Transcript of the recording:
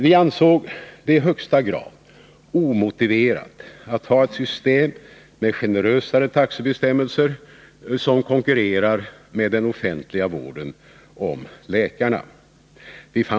Vi har vänt oss emot ett system med generösare taxebestämmelser som skulle kunna konkurrera med den offentliga vården om läkarna.